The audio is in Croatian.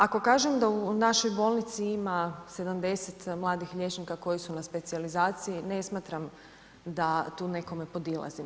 Ako kažem da u našoj bolnici ima 70 mladih liječnika koji su na specijalizaciji ne smatram da tu nekome podilazim.